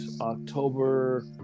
October